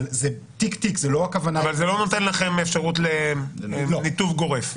אבל זה תיק-תיק --- זה לא נותן לכם אפשרות לניתוב גורף.